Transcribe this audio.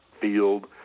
field